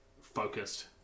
focused